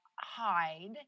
hide